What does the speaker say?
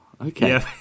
Okay